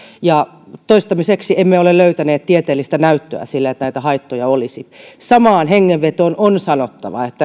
ja toistaiseksi emme ole löytäneet tieteellistä näyttöä sille että näitä haittoja olisi samaan hengenvetoon on sanottava että